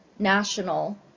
national